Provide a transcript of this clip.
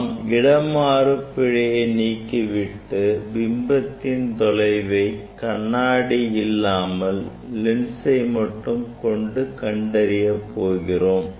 நாம் இடமாறு பிறையை நீக்கிவிட்டு பிம்பத்தின் தொலைவை கண்ணாடி இல்லாமல் லென்சுக்கு மட்டும் கண்டறிய போகிறோம்